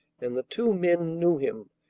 and the two men knew him,